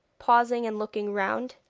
pausing and looking round.